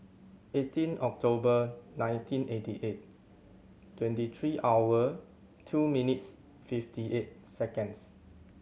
eighteen October nineteen eighty eight twenty three hour two minutes fifty eight seconds